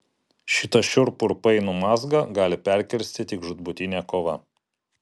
šitą šiurpų ir painų mazgą gali perkirsti tik žūtbūtinė kova